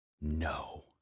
no